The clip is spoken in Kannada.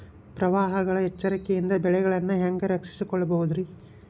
ಪ್ರವಾಹಗಳ ಎಚ್ಚರಿಕೆಯಿಂದ ಬೆಳೆಗಳನ್ನ ಹ್ಯಾಂಗ ರಕ್ಷಿಸಿಕೊಳ್ಳಬಹುದುರೇ?